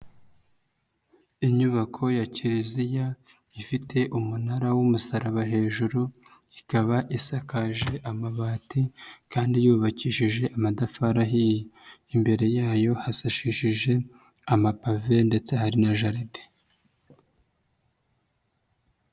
Inyubako ya kiliziya ifite umunara w'umusaraba hejuru, ikaba isakaje amabati kandi yubakishije amadafari ahiye, imbere yayo hasashishije amapave ndetse hari na jarede.